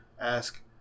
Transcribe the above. ask